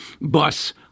bus